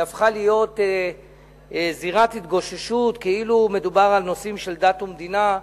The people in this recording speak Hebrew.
היא הפכה להיות זירת התגוששות כאילו מדובר על נושאים של דת ומדינה.